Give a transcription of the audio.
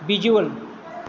visual